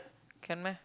can meh